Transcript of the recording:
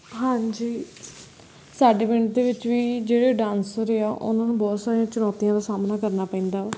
ਹਾਂਜੀ ਸਾਡੇ ਪਿੰਡ ਦੇ ਵਿੱਚ ਵੀ ਜਿਹੜੇ ਡਾਂਸਰ ਆ ਉਨ੍ਹਾਂ ਨੂੰ ਬਹੁਤ ਸਾਰੀਆਂ ਚੁਣੌਤੀਆਂ ਦਾ ਸਾਹਮਣਾ ਕਰਨ ਪੈਂਦਾ